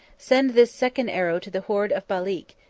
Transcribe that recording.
send this second arrow to the horde of balik,